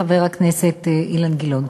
חבר הכנסת אילן גילאון.